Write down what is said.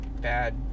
bad